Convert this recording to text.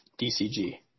DCG